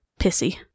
pissy